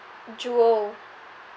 jewel